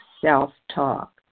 self-talk